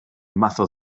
mazo